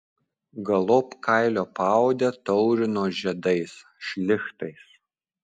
galop kailio paodę taurino žiedais šlichtais